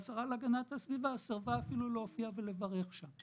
והשרה להגנת הסביבה סירבה להופיע ולברך שם.